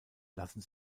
lassen